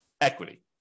equity